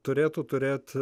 turėtų turėti